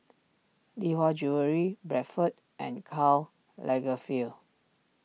Lee Hwa Jewellery Bradford and Karl Lagerfeld